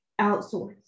outsource